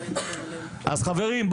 אז חברים,